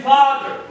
Father